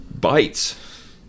Bites